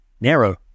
narrow